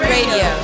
Radio